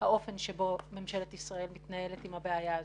האופן שבו ממשלת ישראל מתנהלת עם הבעיה הזאת.